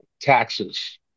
Taxes